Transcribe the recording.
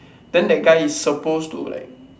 then that guy is supposed to like